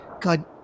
God